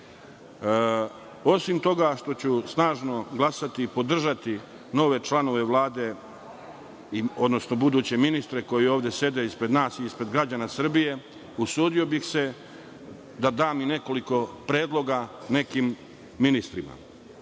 toga što ću snažno glasati i podržati nove članove Vlade, odnosno buduće ministre koji ovde sede ispred nas i građana Srbije, usudio bih se da dam i nekoliko predloga nekim ministrima. Kad